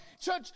Church